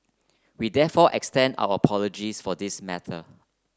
we therefore extend our apologies for this matter